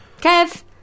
Kev